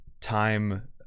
time